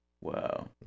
Wow